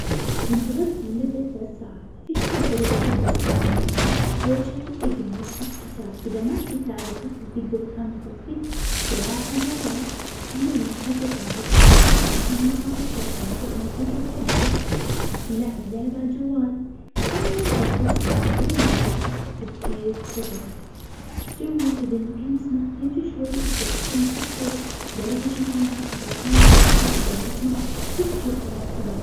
إذا نتظرت لمدة ثلاث ساعات في كذا طريقة تقدر تسلي نفسك, أول شي اقرا لك تك- كتاب, إذا معك كتاب, و حتى تقدر تحمل تطبيق إقراه عالجوال, استمع لموسيقى أو بودكاست, حسط -حط- سماعاتك و استمتع بموسيقى تحبها, لعب لعبة عالجوال, اتأمل أو خطط تستغل الوقت فالتفكير في خطك, اتجول إذا المكان يسمح, امشي شوي واستكشف المحيط حوليك, دردش مع الناس إذا كان في حد جالس معاك, كيف تشوف هالأفكار؟